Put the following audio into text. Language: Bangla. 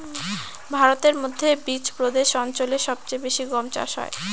ভারতের মধ্যে বিচপ্রদেশ অঞ্চলে সব চেয়ে বেশি গম চাষ হয়